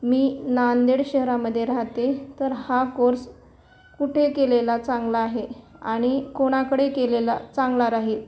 मी नांदेड शहरामध्ये राहते तर हा कोर्स कुठे केलेला चांगला आहे आणि कोणाकडे केलेला चांगला राहील